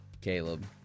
caleb